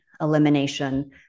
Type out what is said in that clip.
elimination